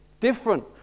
Different